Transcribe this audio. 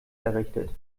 errichtet